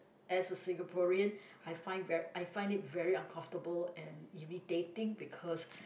as a Singaporean I find ver~ I find it very uncomfortable and irritating because